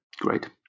Great